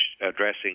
addressing